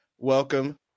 Welcome